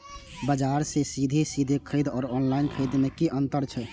बजार से सीधे सीधे खरीद आर ऑनलाइन खरीद में की अंतर छै?